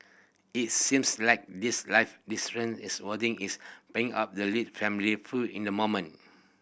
it seems like these life differences is wording is playing out the Lee family feud in the moment